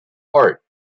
art